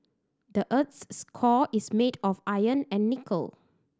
the earth's core is made of iron and nickel